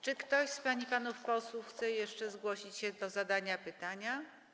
Czy ktoś z pań i panów posłów chce jeszcze zgłosić się do zadania pytania?